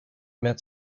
met